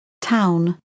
Town